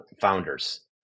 founders